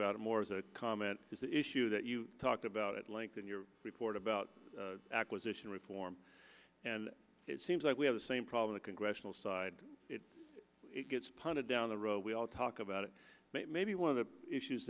about it more as a comment is the issue that you talked about at length in your report about acquisition reform and it seems like we have the same problem the congressional side if it gets punted down the road we all talk about it maybe one of the issues